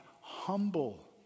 humble